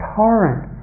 torrent